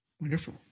Wonderful